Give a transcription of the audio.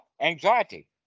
anxiety